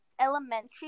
elementary